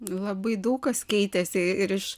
labai daug kas keitėsi ir iš